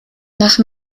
nach